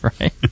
Right